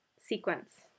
sequence